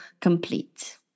complete